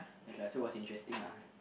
as lah so was interesting lah